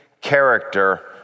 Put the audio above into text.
character